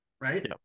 right